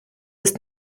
ist